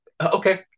Okay